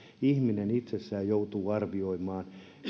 ihminen itse joutuu arvioimaan